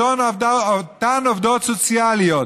אותן עובדות סוציאליות,